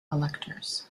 electors